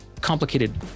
complicated